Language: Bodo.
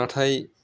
नाथाय